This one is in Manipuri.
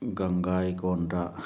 ꯒꯪꯒꯥ ꯏꯀꯣꯟꯗ